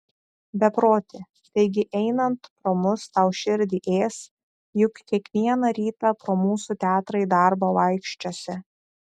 beproti taigi einant pro mus tau širdį ės juk kiekvieną rytą pro mūsų teatrą į darbą vaikščiosi